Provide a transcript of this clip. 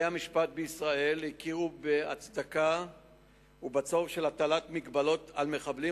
בתי-המשפט בישראל הכירו בהצדקה ובצורך של הטלת מגבלות על מחבלים,